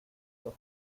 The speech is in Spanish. los